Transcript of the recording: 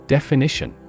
Definition